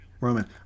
Roman